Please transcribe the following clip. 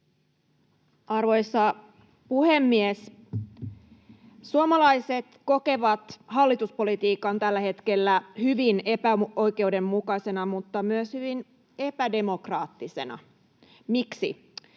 Arvoisa puhemies! Suomalaiset kokevat hallituspolitiikan tällä hetkellä hyvin epäoikeudenmukaisena, mutta myös hyvin epädemokraattisena. Miksi?